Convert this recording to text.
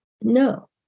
No